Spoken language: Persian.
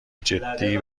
جدی